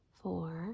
four